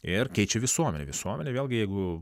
ir keičia visuomenę visuomenė vėlgi jeigu